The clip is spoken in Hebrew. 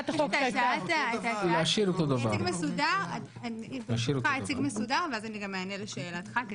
אני ברשותך אציג מסודר ואז אני גם אענה לשאלך.